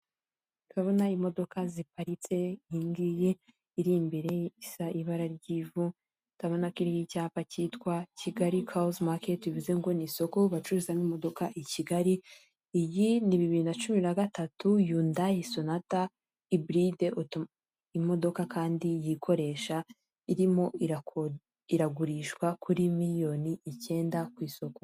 Habona imodoka ziparitse, iringiyi iri imbere isa ibara ry'ivu tabona ko iriho icyapa cyitwa kigali kuzi maketi bivuze ngo ni isoko bacururizamo imodoka i kigali iyi ni bibiri nacuumi na gatatu yundayi sonata ibiride imodoka kandi yikoresha irimo ira iragurishwa kuri miliyoni icyenda ku isoko.